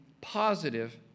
positive